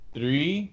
Three